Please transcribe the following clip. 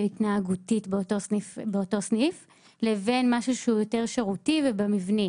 התנהגותית באותו סניף לבין משהו שהוא יותר שירותי ובמבנה.